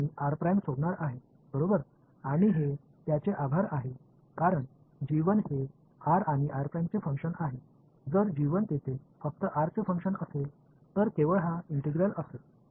तर मी r सोडणार आहे बरोबर आणि हे त्याचे आभार आहे कारण हे r आणि r' चे फंक्शन आहे जर तेथे फक्त r चे फंक्शन असेल तर केवळ हा इंटिग्रल असेल